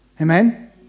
Amen